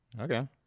okay